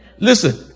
Listen